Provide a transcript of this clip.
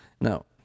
now